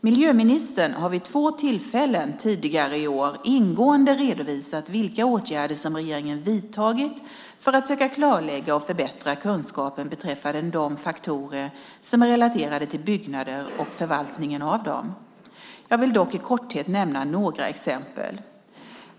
Miljöministern har vid två tillfällen tidigare i år ingående redovisat vilka åtgärder som regeringen vidtagit för att söka klarlägga och förbättra kunskapen beträffande de faktorer som är relaterade till byggnader och förvaltningen av dem. Jag vill dock i korthet nämna några exempel.